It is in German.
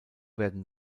werden